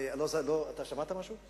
אתה שמעת משהו?